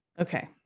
Okay